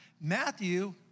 Matthew